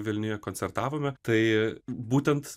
vilniuje koncertavome tai būtent